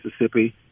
Mississippi